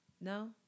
No